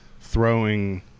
throwing